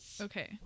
Okay